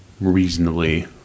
reasonably